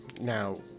now